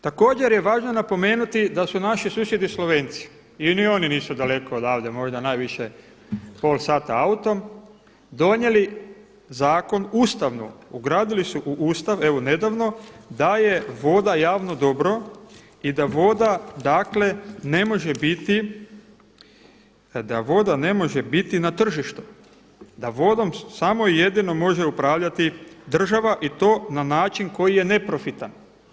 Također je važno napomenuti da su naši susjedi Slovenci, ni oni nisu daleko odavde možda najviše pola sata autom, donijeli zakon ustavno, ugradili su u Ustav evo nedavno da je voda javno dobro i da vodu dakle ne može biti na tržištu, da vodom samo i jedino može upravljati država i to na način koji je neprofitan.